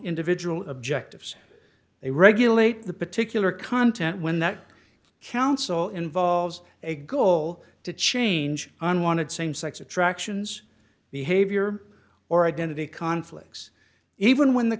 individual objectives they regulate the particular content when that counsel involves a goal to change unwanted same sex attractions behavior or identity conflicts even when the